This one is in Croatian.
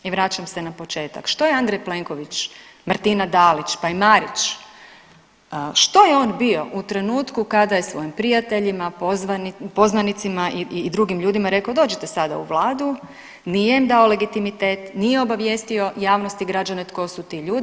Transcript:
I vraćam se na početak što je Andrej Plenković, Martina Dalić, pa i Marić što je on bio u trenutku kada je svojim prijateljima, poznanicima i drugim ljudima rekao dođite sada u Vladu, nije im dao legitimitet, nije obavijestio javnost i građane tko su ti ljudi.